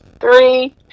three